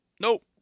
Nope